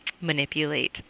manipulate